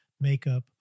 makeup